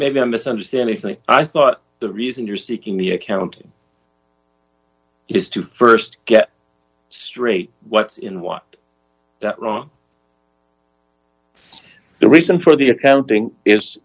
maybe i'm misunderstanding something i thought the reason you're seeking the accounting is to st get straight what's in want that wrong the reason for the accounting is